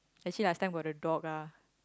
actually last time got the dog ah